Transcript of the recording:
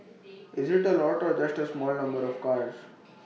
is IT A lot or just A small number of cars